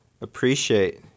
appreciate